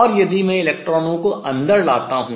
और यदि मैं इलेक्ट्रॉनों को अंदर लाता हूँ